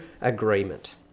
agreement